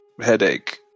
headache